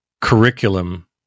curriculum